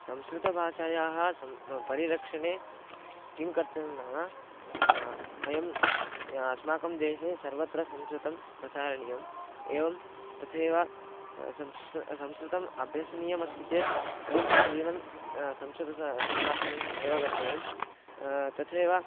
संस्कृतभाषायाः सं परिरक्षणे किं कर्तव्यं नाम वयम् अस्माकं देशे सर्वत्र संस्कृतं प्रसारणीयम् एवं तथैव संस्कृतं संस्कृतम् अभ्यसनीयमस्ति चेत् वयं प्रतिदिनं संस्कृते सम्भाषणम् एव कर्तव्यं तथैव